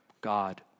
God